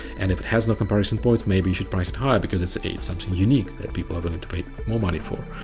and if it has no comparison points, maybe you should price it higher, because it's something unique that people are willing to pay more money for.